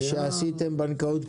יותר מחמש דקות.